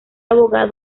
abogado